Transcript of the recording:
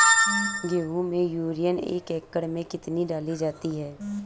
गेहूँ में यूरिया एक एकड़ में कितनी डाली जाती है?